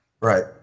Right